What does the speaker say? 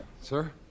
Sir